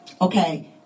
Okay